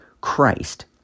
Christ